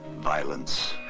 violence